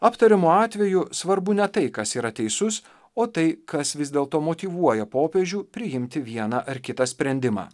aptariamu atveju svarbu ne tai kas yra teisus o tai kas vis dėlto motyvuoja popiežių priimti vieną ar kitą sprendimą